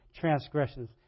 transgressions